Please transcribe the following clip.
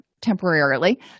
temporarily